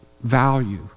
value